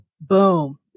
Boom